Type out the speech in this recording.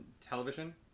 Television